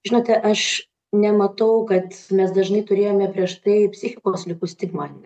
žinote aš nematau kad mes dažnai turėjome prieš tai psichikos ligų stigmą